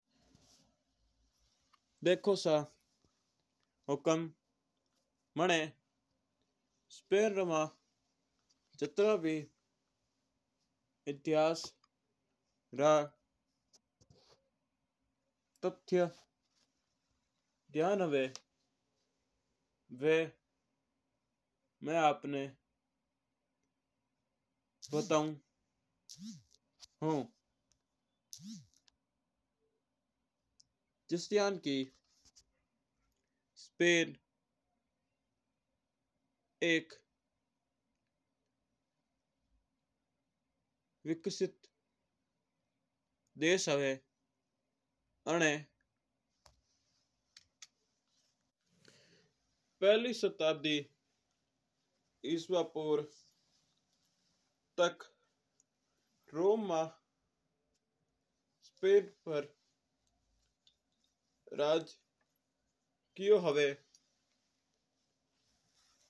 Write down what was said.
देखो सा हुकम मना स्पेन रू जात्रोई एथियास तथ्य ध्यान हुवा मैं आप आ बताओ हुऊँ। जिस्यण की स्पेन एक विकसित देश हुवा आना पेहला स्तब्दिति ऐसा पूर्व तक राज्य किया हुवा है।